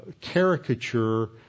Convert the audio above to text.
caricature